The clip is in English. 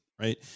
right